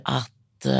att